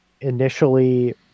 initially